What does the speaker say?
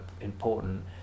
important